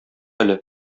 әле